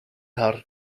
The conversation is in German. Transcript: her